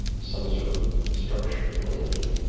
some sort of structure built into it